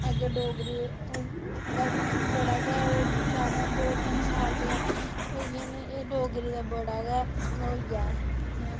अगर डोगरी दा बड़ा गै दो तिन साल होई गै न एह् डोगरी दा बड़ा गै